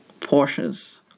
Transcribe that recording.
Porsches